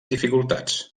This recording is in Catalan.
dificultats